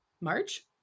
march